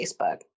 Facebook